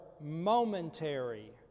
momentary